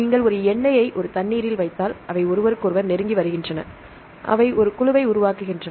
நீங்கள் ஒரு எண்ணெயை ஒரு தண்ணீரில் வைத்தால் அவை ஒருவருக்கொருவர் நெருங்கி வருகின்றன அவை ஒரு குழுவை உருவாக்குகின்றன